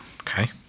Okay